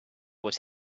was